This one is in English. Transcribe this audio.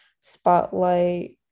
Spotlight